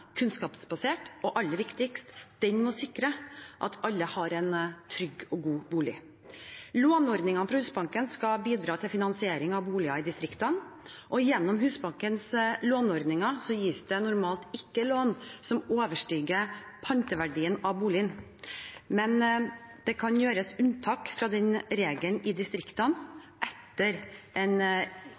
sikre at alle har en trygg og god bolig. Låneordningen fra Husbanken skal bidra til finansiering av boliger i distriktene. Gjennom Husbankens låneordninger gis det normalt ikke lån som overstiger panteverdien av boligen, men det kan gjøres unntak fra den regelen i distriktene etter en